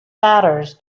batters